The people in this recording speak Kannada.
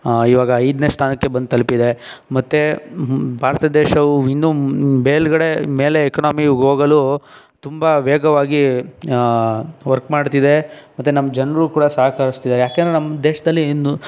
ಈವಾಗ ಐದನೇ ಸ್ಥಾನಕ್ಕೆ ಬಂದು ತಲುಪಿದೆ ಮತ್ತು ಭಾರತ ದೇಶವು ಇನ್ನೂ ಮೇಲುಗಡೆ ಮೇಲೆ ಎಕಾನೊಮಿಗೆ ಹೋಗಲು ತುಂಬ ವೇಗವಾಗಿ ವರ್ಕ್ ಮಾಡ್ತಿದೆ ಮತ್ತು ನಮ್ಮ ಜನರೂ ಕೂಡ ಸಹಕರಿಸ್ತಿದ್ದಾರೆ ಯಾಕೆಂದರೆ ನಮ್ಮ ದೇಶದಲ್ಲಿ ನು